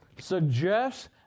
suggests